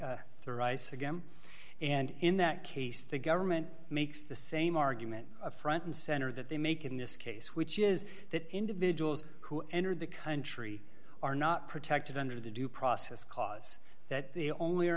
through the rise again and in that case the government makes the same argument front and center that they make in this case which is that individuals who entered the country are not protected under the due process clause that they only are